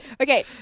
Okay